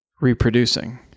reproducing